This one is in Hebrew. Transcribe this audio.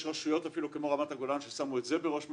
יש רשויות כמו רמת הגולן ששמו את זה בראש מעיניהן,